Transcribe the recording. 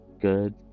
good